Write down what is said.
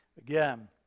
Again